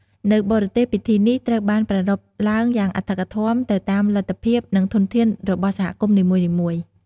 នៅបរទេស ពិធីនេះត្រូវបានប្រារព្ធឡើងយ៉ាងអធិកអធម ទៅតាមលទ្ធភាព និងធនធានរបស់សហគមន៍នីមួយៗ។